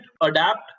adapt